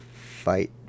fight